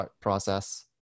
process